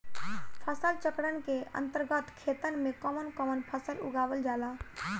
फसल चक्रण के अंतर्गत खेतन में कवन कवन फसल उगावल जाला?